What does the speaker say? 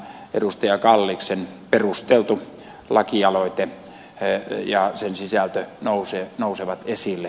kalliksen perusteltu lakialoite ja sen sisältö nousevat esille